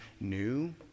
new